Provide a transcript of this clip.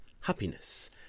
Happiness